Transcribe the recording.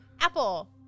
Apple